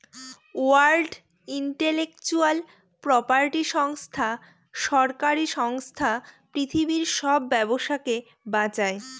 world intellectual property সংস্থা সরকারি সংস্থা পৃথিবীর সব ব্যবসাকে বাঁচায়